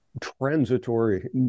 transitory